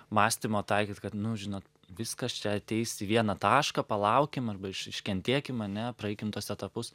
mąstymo taikyt kad nu žinot viskas čia ateis į vieną tašką palaukim arba iš iškentėkim ane praeikim tuos etapus